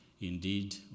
Indeed